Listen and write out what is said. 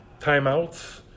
timeouts